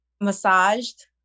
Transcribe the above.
massaged